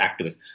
activists